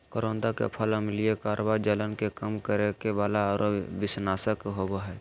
करोंदा के फल अम्लीय, कड़वा, जलन के कम करे वाला आरो विषनाशक होबा हइ